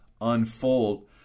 unfold